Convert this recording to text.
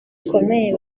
bikomeye